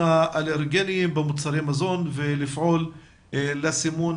האלרגנים במוצרי מזון ולפעול לסימון,